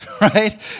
right